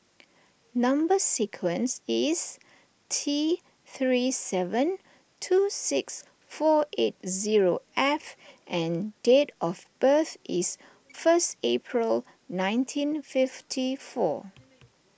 Number Sequence is T three seven two six four eight zero F and date of birth is first April nineteen fifty four